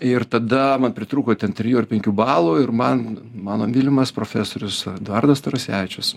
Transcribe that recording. ir tada man pritrūko ten trijų ar penkių balų ir man mano mylimas profesorius eduardas tarasevičius